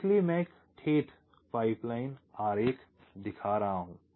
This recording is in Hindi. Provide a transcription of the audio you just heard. इसलिए मैं एक ठेठ पाइपलाइन आरेख दिखा रहा हूं